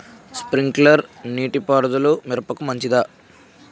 Sprinkler నీటిపారుదల మిరపకు మంచిదా?